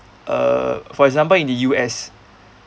err for example in the U_S